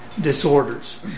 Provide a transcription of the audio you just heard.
disorders